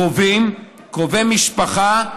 קרובים, קרובי משפחה.